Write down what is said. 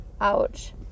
ouch